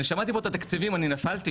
אני שמעתי פה את התקציבים ואני נפלתי,